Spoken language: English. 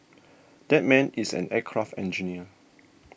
that man is an aircraft engineer